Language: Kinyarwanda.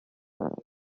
jenoside